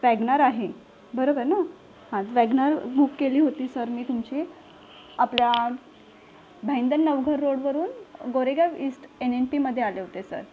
WagonR आहे बरोबर न हा वॅगनर बुक केली होती सर मी तुमची आपल्या भाईंदर नवघर रोडवरून गोरेगाव ईस्ट एन एन पीमध्ये आले होते सर